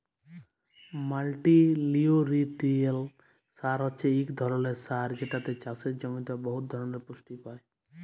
মাল্টিলিউটিরিয়েল্ট সার হছে ইক ধরলের সার যেটতে চাষের জমিতে বহুত ধরলের পুষ্টি পায়